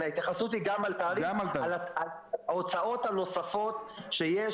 ההתייחסות היא על ההוצאות הנוספות שיש